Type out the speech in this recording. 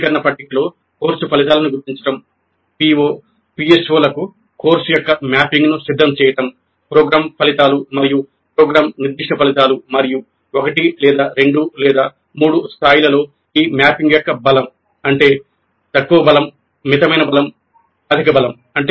వర్గీకరణ పట్టికలో కోర్సు ఫలితాలను గుర్తించడం PO PSO లకు కోర్సు యొక్క మ్యాపింగ్ను సిద్ధం చేయడం ప్రోగ్రామ్ ఫలితాలు మరియు ప్రోగ్రామ్ నిర్దిష్ట ఫలితాలు మరియు 1 లేదా 2 లేదా 3 స్థాయిలలో ఈ మ్యాపింగ్ యొక్క బలం తక్కువ బలం మితమైన బలం అధిక బలం